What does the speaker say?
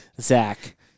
Zach